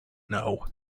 know